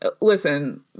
Listen